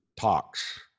talks